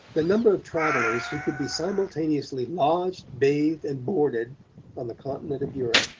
the number of travellers who could be simultaneously lodged, bathed and boarded on the continent of europe.